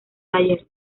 taller